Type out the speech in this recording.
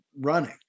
running